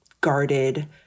guarded